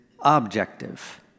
objective